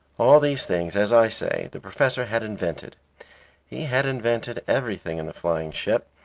all these things, as i say, the professor had invented he had invented everything in the flying ship,